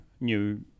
new